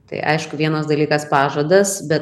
tai aišku vienas dalykas pažadas be